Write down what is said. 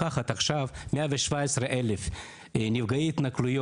אותם 190 מיליון שקל יכולים